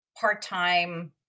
part-time